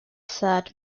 third